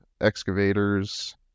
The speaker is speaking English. excavators